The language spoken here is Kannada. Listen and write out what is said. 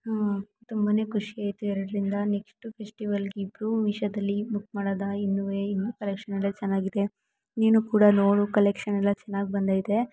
ತುಂಬ ಖುಷಿಯಾಯಿತು ಎರಡರಿಂದ ನೆಕ್ಸ್ಟ್ ಫೆಸ್ಟಿವಲ್ಲಿಗೆ ಇಬ್ಬರು ಮೀಶೋದಲ್ಲಿ ಬುಕ್ ಮಾಡೋದಾ ಇನ್ನೂ ಇನ್ನೂ ಕಲೆಕ್ಷನ್ ಎಲ್ಲ ಚೆನ್ನಾಗಿದೆ ನೀನು ಕೂಡ ನೋಡು ಕಲೆಕ್ಷನ್ ಎಲ್ಲ ಚೆನ್ನಾಗಿ ಬಂದೈತೆ